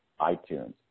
iTunes